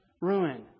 ruin